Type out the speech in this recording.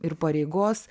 ir pareigos